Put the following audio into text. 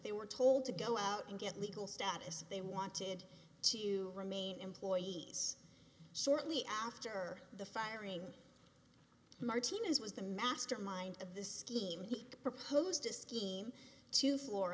they were told to go out and get legal status if they wanted to remain employees shortly after the firing martinez was the mastermind of this scheme he proposed a scheme to